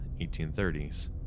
1830s